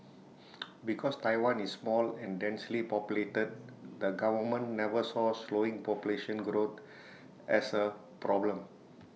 because Taiwan is small and densely populated the government never saw slowing population growth as A problem